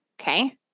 Okay